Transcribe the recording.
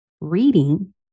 reading